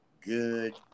good